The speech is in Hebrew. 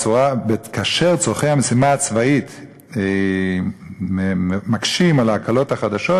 כאשר צורכי המשימה הצבאית מקשים על ההקלות החדשות,